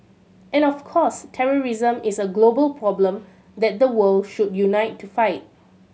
and of course terrorism is a global problem that the world should unite to fight